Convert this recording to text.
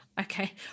Okay